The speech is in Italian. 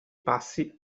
passi